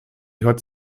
hört